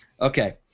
Okay